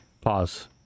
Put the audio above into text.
Pause